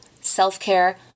self-care